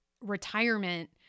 retirement